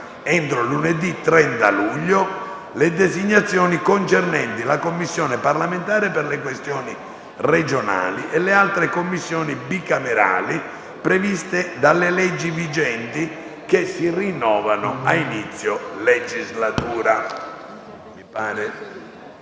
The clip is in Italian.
entro lunedì 30 luglio, le designazioni concernenti la Commissione parlamentare per le questioni regionali e le altre Commissioni bicamerali previste dalle leggi vigenti, che si rinnovano a inizio legislatura.